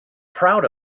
proud